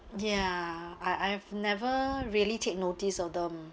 ya I I've never really take notice of them